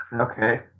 Okay